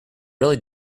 really